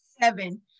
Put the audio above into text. seven